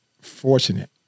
fortunate